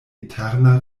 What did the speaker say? eterna